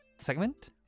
segment